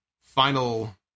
final